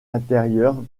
intérieure